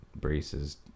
braces